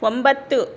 ಒಂಬತ್ತು